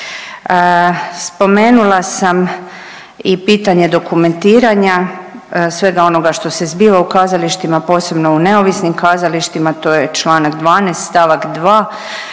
Spomenula sam i pitanje dokumentiranja svega onoga što se zbiva u kazalištima, posebno u neovisnim kazalištima, to je čl. 12 st. 2